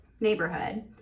neighborhood